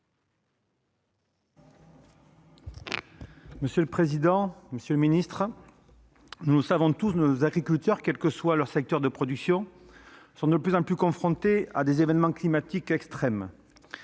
Monsieur le président, monsieur le ministre, mes chers collègues, nos agriculteurs, quel que soit leur secteur de production, sont de plus en plus confrontés à des événements climatiques extrêmes.